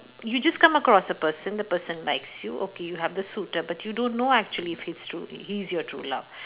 you just come across a person the person likes you okay you have the suitor but you don't know actually if it's tru~ if he's your true love